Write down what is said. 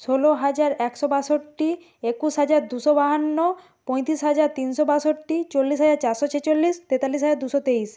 ষোলো হাজার একশো বাষট্টি একুশ হাজার দুশো বাহান্ন পঁয়তিরিশ হাজার তিনশো বাষট্টি চল্লিশ হাজার চারশো ছেচল্লিশ তেতাল্লিশ হাজার দুশো তেইশ